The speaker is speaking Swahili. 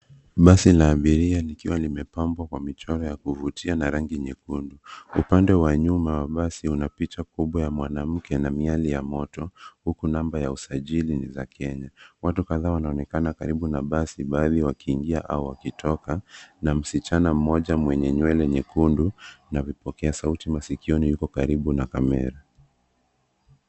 Basi la abiria likiwa limepambwa kwa michoro ya kuvutia na rangi nyekundu. Upande wa nyuma wa basi una picha kubwa ya mwanamke na miale ya moto huku namba ya usajili ni za Kenya. Watu kadhaa wanaonekana karibu na basi baadhi wakiingia au wakitoka na msichana mmoja mwenye nywele nyekundu na vipokea sauti masikioni yuko karibu na kamera.